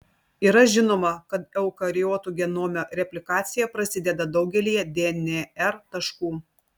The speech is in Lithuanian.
yra žinoma kad eukariotų genome replikacija prasideda daugelyje dnr taškų